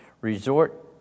resort